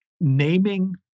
naming